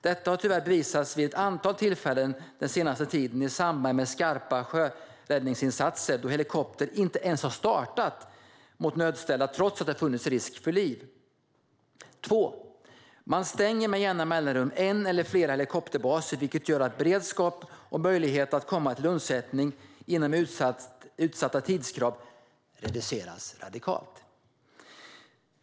Detta har tyvärr bevisats vid ett antal tillfällen den senaste tiden i samband med skarpa sjöräddningsinsatser, då helikoptrar inte ens har startat mot nödställda, trots att det har funnits risk för liv. För det andra stänger man med jämna mellanrum en eller flera helikopterbaser, vilket gör att beredskap och möjlighet att komma till undsättning inom utsatta tidskrav radikalt reduceras.